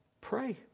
Pray